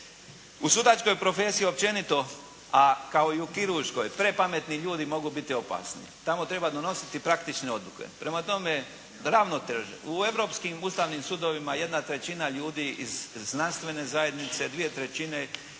U sudačkoj profesiji općenito, a kao i u kirurškoj prepametni ljudi mogu biti opasni. Tamo treba donositi praktične odluke. Prema tome, ravnoteža. U europskim Ustavnim sudovima jedna trećina ljudi iz znanstvene zajednice, dvije trećine